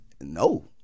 No